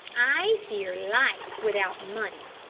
i fear life without money,